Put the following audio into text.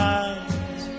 eyes